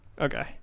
Okay